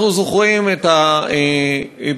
אנחנו זוכרים את התקרית